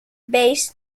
based